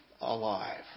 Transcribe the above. alive